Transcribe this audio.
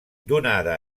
donada